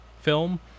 film